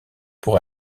pour